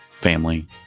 Family